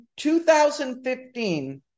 2015